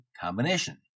combination